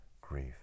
grief